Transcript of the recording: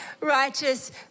righteous